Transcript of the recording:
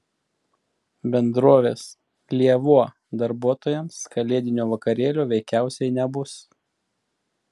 bendrovės lėvuo darbuotojams kalėdinio vakarėlio veikiausiai nebus